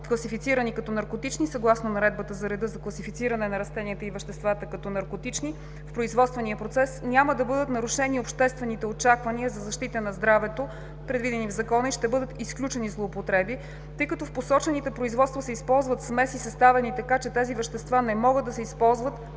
класифицирани като наркотични1, съгласно Наредбата за реда за класифициране на растенията и веществата като наркотични, в производствения процес няма да бъдат нарушени обществените очаквания за защита на здравето, предвидени в Закона. Ще бъдат изключени и злоупотребите, тъй като в посочените производства се използват смеси, така съставени, че тези вещества не могат да се използват